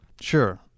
sure